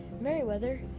Meriwether